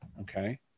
Okay